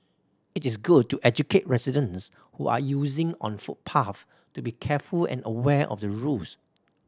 it is good to educate residents who are using on footpaths to be careful and aware of the rules